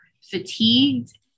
fatigued